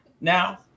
now